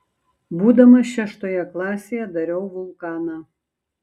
būdamas šeštoje klasėje dariau vulkaną